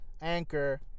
Anchor